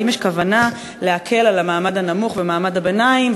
האם יש כוונה להקל על המעמד הנמוך ועל מעמד הביניים,